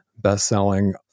best-selling